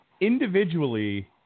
individually